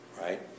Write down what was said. right